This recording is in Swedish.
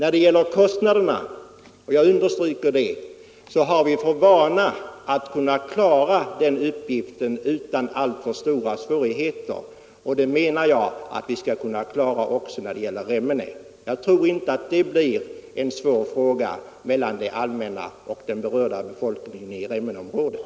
När det gäller kostnaderna har vi — och jag understryker det — för vana att klara uppgiften utan alltför stora svårigheter, och det anser jag att vi skall kunna göra också beträffande Remmene. Jag tror inte att det blir en svår fråga mellan det allmänna och den berörda befolkningen i Remmeneområdet.